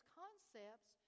concepts